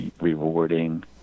rewarding